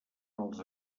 els